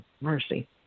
Mercy